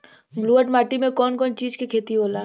ब्लुअट माटी में कौन कौनचीज के खेती होला?